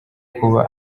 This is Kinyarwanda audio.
kuba